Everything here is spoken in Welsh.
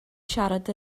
siarad